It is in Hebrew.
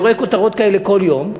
ואני רואה כותרות כאלה כל יום,